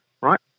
right